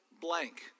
blank